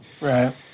Right